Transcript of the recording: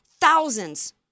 thousands